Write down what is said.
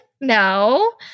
No